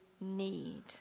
need